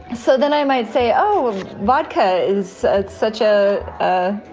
so then i might say, oh, vodka is ah such ah a